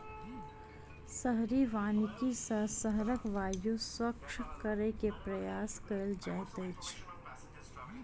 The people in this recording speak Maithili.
शहरी वानिकी सॅ शहरक वायु स्वच्छ करै के प्रयास कएल जाइत अछि